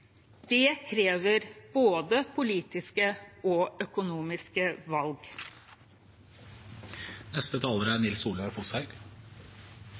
Det krever både politiske og økonomiske valg.